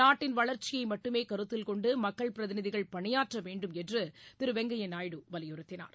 நாட்டின் வளர்ச்சியை மட்டுமே கருத்தில் கொண்டு மக்கள் பிரதிநிதிகள் பனியாற்ற வேண்டும் என்று திரு வெங்கையா நாயுடு வலியுறுத்தினார்